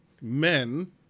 Men